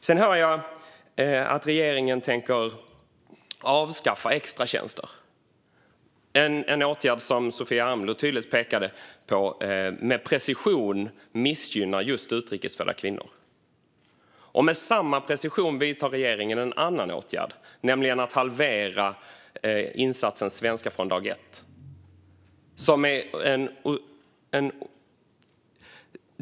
Sedan hörde jag att regeringen tänker avskaffa extratjänster. Som Sofia Amloh tydligt pekade på är det en åtgärd som med precision missgynnar utrikes födda kvinnor. Med samma precision vidtar regeringen en annan åtgärd, nämligen att halvera insatsen Svenska från dag ett.